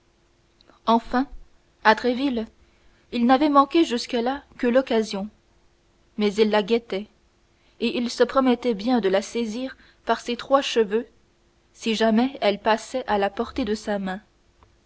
enfin à tréville il n'avait manqué jusque-là que l'occasion mais il la guettait et il se promettait bien de la saisir par ses trois cheveux si jamais elle passait à la portée de sa main